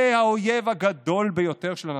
זה האויב הגדול ביותר של הנאציזם.